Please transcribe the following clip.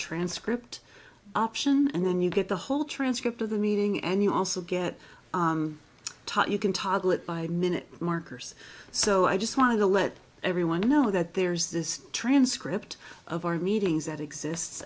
transcript option and then you get the whole transcript of the meeting and you also get taught you can toggle it by minute markers so i just wanted to let everyone know that there's this transcript of our meetings that exists